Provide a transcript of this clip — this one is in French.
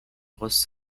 grosse